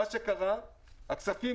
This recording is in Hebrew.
מה שקרה הכספים,